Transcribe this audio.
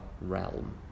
realm